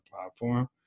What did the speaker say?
platform